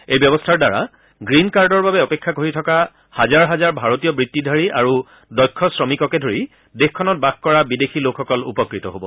এই ব্যৱস্থাৰ দ্বাৰা গ্ৰীণ কাৰ্ডৰ বাবে অপেক্ষা কৰি থকা হাজাৰ হাজাৰ ভাৰতীয় বৃত্তিধাৰী আৰু দক্ষ শ্ৰমিককে ধৰি দেশখনত বাস কৰা বিদেশী লোকসকল উপকৃত হব